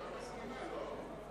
הממשלה מסכימה, לא?